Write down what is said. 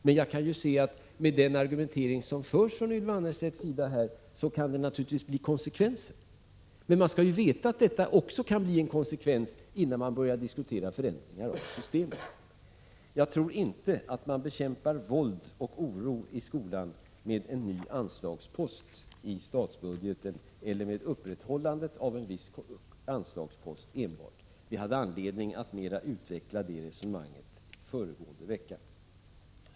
Men konsekvenserna av den argumentering som Ylva Annerstedt för kan naturligtvis bli att vi får en sådan utveckling. Och man måste naturligtvis veta att även detta kan bli en konsekvens, innan man börjar diskutera förändringar i systemet. Jag tror inte att man bekämpar våld och oro i skolan med en ny anslagspost i statsbudgeten eller med upprätthållande av en viss anslagspost. Vi hade anledning att utveckla detta resonemang under föregående vecka.